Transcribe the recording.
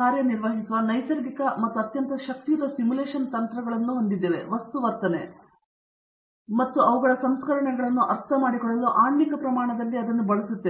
ಕಾರ್ಯನಿರ್ವಹಿಸುವ ನೈಸರ್ಗಿಕ ಮತ್ತು ಅತ್ಯಂತ ಶಕ್ತಿಯುತ ಸಿಮ್ಯುಲೇಶನ್ ತಂತ್ರಗಳನ್ನು ವಸ್ತು ವರ್ತನೆ ಮತ್ತು ಅವುಗಳ ಸಂಸ್ಕರಣೆಗಳನ್ನು ಅರ್ಥಮಾಡಿಕೊಳ್ಳಲು ಆಣ್ವಿಕ ಪ್ರಮಾಣದಲ್ಲಿ ಬಳಸಲಾಗುತ್ತಿದೆ